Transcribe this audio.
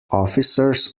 officers